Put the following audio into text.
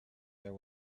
there